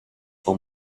con